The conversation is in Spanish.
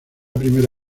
primera